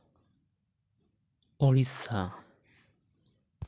Odisha